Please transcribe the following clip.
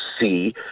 see